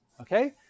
okay